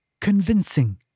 convincing